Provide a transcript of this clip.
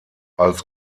als